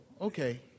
okay